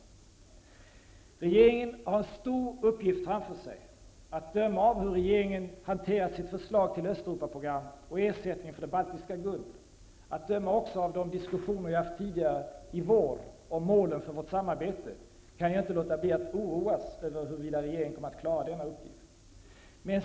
Regeringen har en stor uppgift framför sig. Att döma av hur regeringen hanterat sitt förslag till Östeuropaprogram och ersättningen för det baltiska guldet, att döma också av de diskussioner vi haft tidigare i vår om målen för vårt samarbete kan jag inte låta bli att oroas över huruvida regeringen kommer att klara denna uppgift.